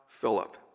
Philip